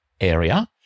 area